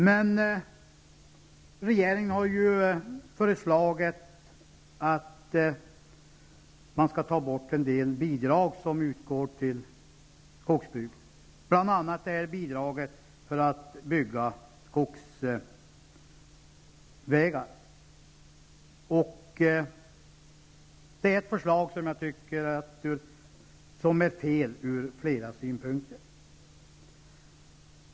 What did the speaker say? Men regeringen har ju också föreslagit att man skall ta bort en del bidrag som utgår till skogsbruket, bl.a. bidraget för byggande av skogsvägar. Det är ett förslag som jag tycker är felaktigt, ur flera synpunkter.